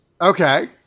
Okay